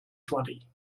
twenty